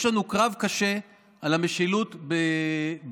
יש לנו קרב קשה על המשילות בנגב.